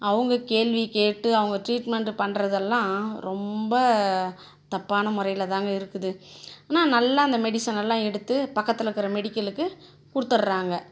அவங்க கேள்வி கேட்டு அவங்க ட்ரீட்மெண்ட்டு பண்றதெல்லாம் ரொம்ப தப்பான முறையில் தாங்க இருக்கு ஆனால் நல்லா அந்த மெடிசனெல்லாம் எடுத்துப் பக்கத்தில் இருக்கிற மெடிக்கலுக்கு கொடுத்துர்றாங்க